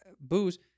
booze